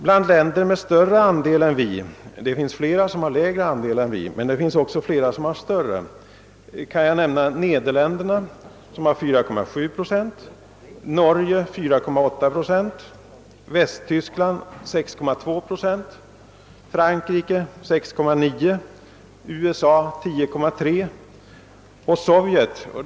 Bland länder med större andel än vi — det finns flera som har lägre andel än vi — kan följande nämnas: Neder länderna 4,7 procent, Norge 4,8 procent, Västtyskland 6,2 procent, Frankrike 6,9 procent och USA 10,3 procent.